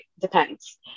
depends